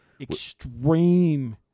extreme